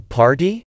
party